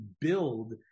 build